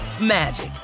magic